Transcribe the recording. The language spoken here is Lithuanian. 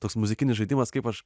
tas muzikinis žaidimas kaip aš